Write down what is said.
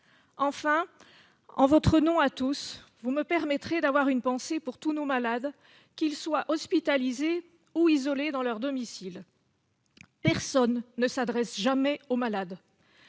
Enfin, en votre nom à tous, vous me permettrez d'avoir une pensée pour tous nos malades, qu'ils soient hospitalisés ou isolés dans leur domicile. Personne ne s'adresse jamais à eux